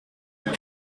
het